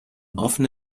offene